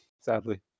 sadly